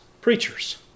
preachers